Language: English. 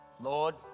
Lord